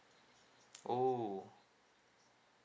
oh